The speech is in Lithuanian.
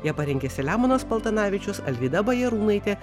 ją parengė selemonas paltanavičius alvyda bajarūnaitė